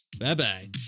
Bye-bye